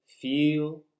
Feel